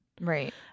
right